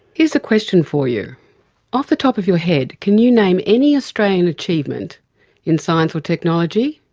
here's a question for you off the top of your head can you name any australian achievements in science or technology?